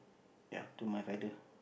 ya to my father